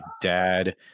dad